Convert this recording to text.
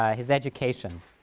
ah his education